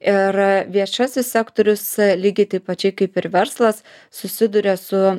ir viešasis sektorius lygiai taip pačiai kaip ir verslas susiduria su